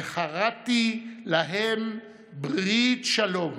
וכרתי להם ברית שלום